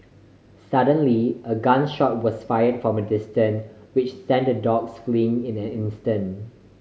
suddenly a gun shot was fired from a distance which sent the dogs fleeing in an instant